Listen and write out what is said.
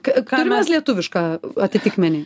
turim mes lietuvišką atitikmenį